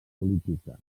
política